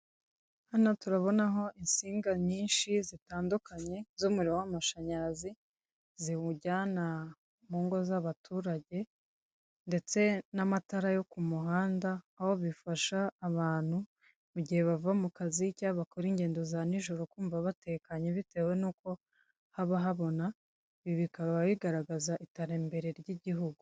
Hano turabonaho insinga nyinshi zitandukanye z'umuriro w'amashanyarazi, ziwujyana mu ngo z'abaturage ndetse n'amatara yo ku muhanda, aho bifasha abantu mu gihe bava mu kazi cyangwa bakora ingendo za nijoro kumva batekanye bitewe nuko haba habona, ibi bikaba bigaragaza iterambere ry'igihugu.